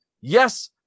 yes